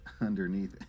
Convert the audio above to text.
underneath